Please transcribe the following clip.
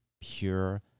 pure